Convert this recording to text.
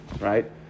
right